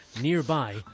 Nearby